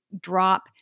drop